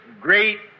great